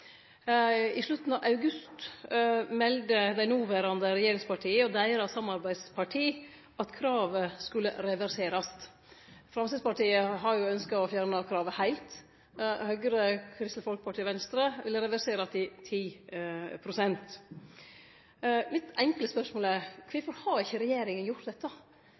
I slutten av august melde dei noverande regjeringspartia og deira samarbeidsparti at kravet skulle reverserast. Framstegspartiet har ynskt å fjerne kravet heilt. Høgre, Kristeleg Folkeparti og Venstre vil reversere kravet til 10 pst. Mitt enkle spørsmål er: Kvifor har ikkje regjeringa gjort dette?